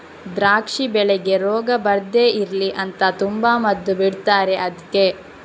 ದ್ರಾಕ್ಷಿ ಬೆಳೆಗೆ ರೋಗ ಬರ್ದೇ ಇರ್ಲಿ ಅಂತ ತುಂಬಾ ಮದ್ದು ಬಿಡ್ತಾರೆ ಅದ್ಕೆ